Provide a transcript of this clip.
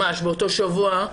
ממש באותו שבוע,